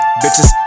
bitches